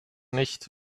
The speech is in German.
nicht